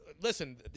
listen